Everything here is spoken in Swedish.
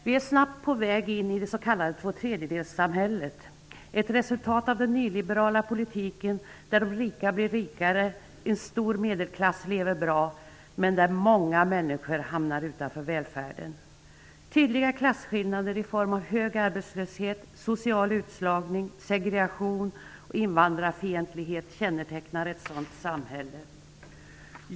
Vi är snabbt på väg in i det s.k. tvåtredjedelssamhället -- ett resultat av den nyliberala politiken -- där de rika blir rikare, där en stor medelklass lever bra men där många människor hamnar utanför välfärden. Tydliga klasskillnader i form av hög arbetslöshet, social utslagning, segregation och invandrarfientlighet kännetecknar ett sådant samhälle.